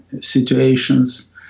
situations